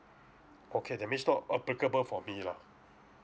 okay that means not applicable for me lah